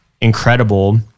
incredible